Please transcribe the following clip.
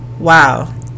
wow